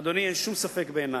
אדוני, אין שום ספק בעיני